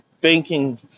banking